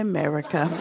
America